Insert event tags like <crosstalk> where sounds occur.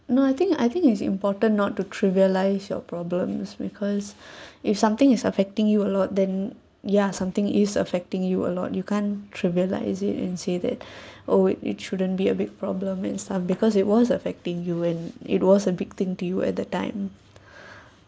no I think I think it's important not to trivialise your problems because <breath> if something is affecting you a lot then ya something is affecting you a lot you can't trivialize it and say that <breath> oh it it shouldn't be a big problem and stuff because it was affecting you when it was a big thing to you at that time <breath>